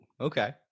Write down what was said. okay